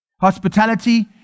Hospitality